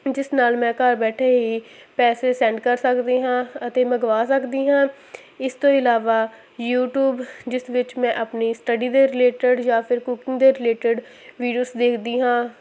ਜਿਸ ਨਾਲ ਮੈਂ ਘਰ ਬੈਠੇ ਹੀ ਪੈਸੇ ਸੈਂਡ ਕਰ ਸਕਦੀ ਹਾਂ ਅਤੇ ਮੰਗਵਾ ਸਕਦੀ ਹਾਂ ਇਸ ਤੋਂ ਇਲਾਵਾ ਯੂਟੀਊਬ ਜਿਸ ਵਿੱਚ ਮੈਂ ਆਪਣੀ ਸਟਡੀ ਦੇ ਰਿਲੇਟਡ ਜਾਂ ਫਿਰ ਕੁਕਿੰਗ ਦੇ ਰਿਲੇਟਡ ਵੀਡੀਓਜ ਦੇਖਦੀ ਹਾਂ